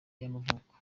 y’amavuko